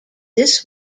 this